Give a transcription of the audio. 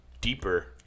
deeper